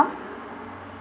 trump